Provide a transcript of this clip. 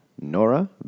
Nora